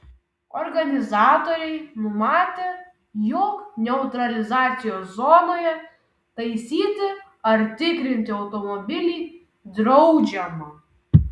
organizatoriai numatę jog neutralizacijos zonoje taisyti ar tikrinti automobilį draudžiama